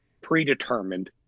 predetermined